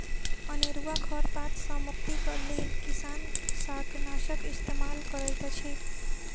अनेरुआ खर पात सॅ मुक्तिक लेल किसान शाकनाशक इस्तेमाल करैत अछि